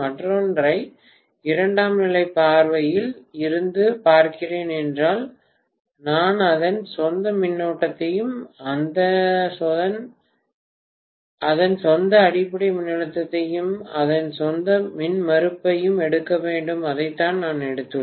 மற்றொன்றை இரண்டாம் நிலைப் பார்வையில் இருந்து பார்க்கிறேன் என்றால் நான் அதன் சொந்த மின்னோட்டத்தையும் அதன் சொந்த அடிப்படை மின்னழுத்தத்தையும் அதன் சொந்த மின்மறுப்பையும் எடுக்க வேண்டும் அதைத்தான் நான் எடுத்துள்ளேன்